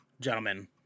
gentlemen